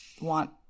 want